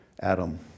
Adam